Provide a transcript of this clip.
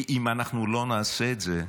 כי אם אנחנו לא נעשה את זה,